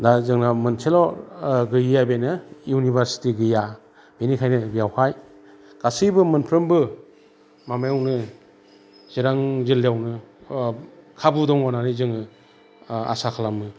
दा जोंना मोनसेल' गैयैया बेनो इउनिभार्सिति गैया बेनिखायनो बेवहाय गासैबो मोनफ्रोमबो माबायावनो चिरां जिल्लायावनो खाबु दं होननानै जोङो आसा खालामो